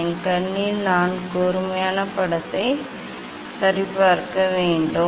என் கண்ணில் நான் கூர்மையான படத்தை சரிபார்க்க வேண்டும் நான் பார்க்க முடியும்